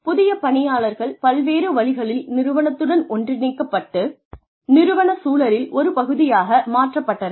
புதிய பணியாளர்கள் பல்வேறு வழிகளில் நிறுவனத்துடன் ஒருங்கிணைக்கப்பட்டு நிறுவனச் சூழலில் ஒரு பகுதியாக மாற்றப்பட்டனர்